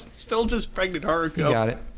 still does brighten it um yeah it